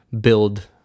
build